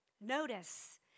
Notice